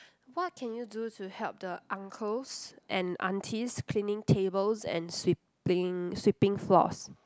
what can you do to help the uncles and aunties cleaning tables and sweeping sweeping floors